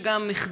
שזה גם מחדל.